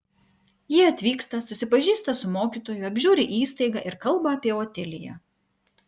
ji atvyksta susipažįsta su mokytoju apžiūri įstaigą ir kalba apie otiliją